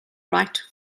right